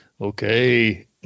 Okay